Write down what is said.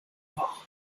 noch